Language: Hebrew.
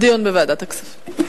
דיון בוועדת הכספים.